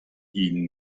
ihnen